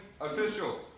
official